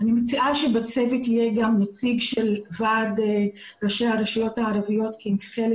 אני מציעה שבצוות יהיה גם נציג של ועד ראשי הרשויות הערביות כי הם חלק